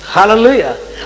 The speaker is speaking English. Hallelujah